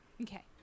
Okay